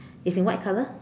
it's in white colour